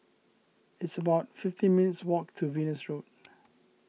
it's about fifteen minutes' walk to Venus Road